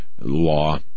law